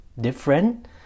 different